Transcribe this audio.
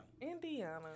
Indiana